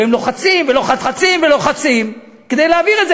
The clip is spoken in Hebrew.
והם לוחצים ולוחצים ולוחצים כדי להעביר את זה.